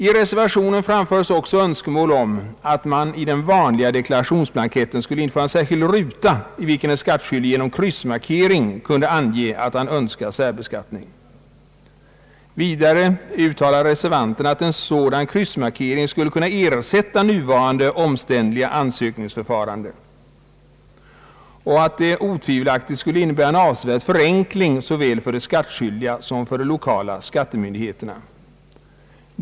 I reservationen framförs också önskemål om att man i den vanliga deklarationsblanketten skulle införa en särskild ruta, i vilken den skattskyldige genom kryssmarkering kunde ange att han önskar särbeskattning. Vidare uttalar reservanterna att en sådan kryssmarkering skulle kunna ersätta nuvarande omständliga ansökningsförfarande och att detta otvivelaktigt skulle innebära en avsevärd förenkling såväl för de skattskyldiga som för de lokala skattemyndigheterna.